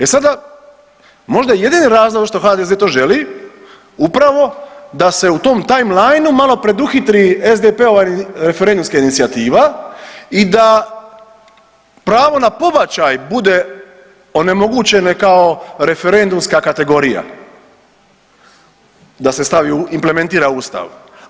E sada, možda je jedini razlog zašto HDZ to želi upravo da se u tom timelineu malo preduhitri SDP-ova referendumska inicijativa i da pravo na pobačaj bude onemogućeno kao referendumska kategorija, da se stavi, implementira u Ustav.